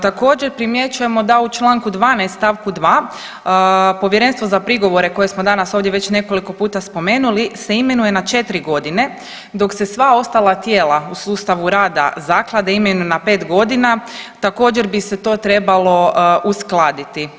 Također primjećujemo da u čl. 12. st. 2. Povjerenstvo za prigovore koje smo danas ovdje već nekoliko puta spomenuli se imenuje na četiri godine dok se sva ostala tijela u sustavu rada zaklade imenuju na pet godina, također bi se to trebalo uskladiti.